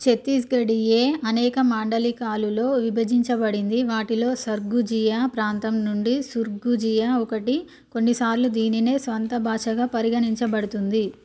చత్తీస్గఢీయే అనేక మాండలికాలులో విభజించబడింది వాటిలో సర్గుజియా ప్రాంతం నుండి సుర్గుజియా ఒకటి కొన్నిసార్లు దీనినే స్వంత భాషగా పరిగణించబడుతుంది